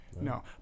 No